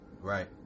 Right